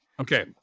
Okay